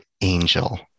Angel